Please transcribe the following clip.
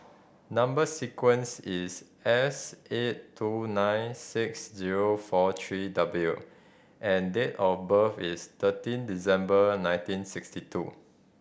number sequence is S eight two nine six zero four three W and date of birth is thirteen December nineteen sixty two